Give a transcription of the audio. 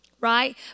right